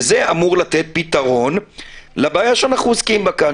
וזה אמור לתת פתרון לבעיה שאנחנו עוסקים בה כאן.